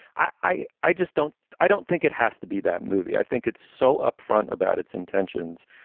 i i just don't i don't think it has to be that movie. i think it's so upfront about its intentions.